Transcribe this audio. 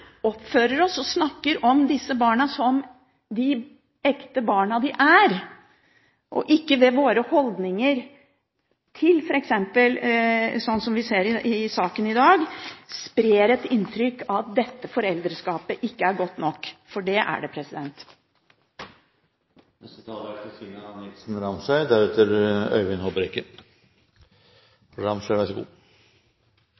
oppfører oss og snakker om disse barna som de ekte barna de er, og at vi ikke gjennom våre holdninger – f.eks. slik vi ser i saken her i dag – sprer et inntrykk av at dette foreldreskapet ikke er godt nok, for det er det.